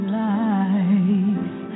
life